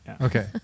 Okay